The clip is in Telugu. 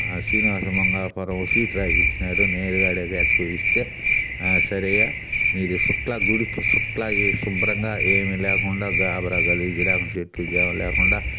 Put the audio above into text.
శ్రీనివాసమంగాపురం సీటు రాసిచ్చినారు నేరుగా ఆడకెత్తిపోయి ఇస్తే ఆ సరేయ్య మీరు ఈ సుట్లా గుడి సుట్లా ఏ శుభ్రంగా ఏమి లేకుండా గాబరా గలీజుగా లేకుండా చెట్లుచేమలు లేకుండా